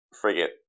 frigate